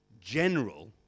general